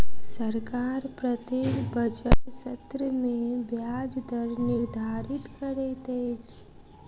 सरकार प्रत्येक बजट सत्र में ब्याज दर निर्धारित करैत अछि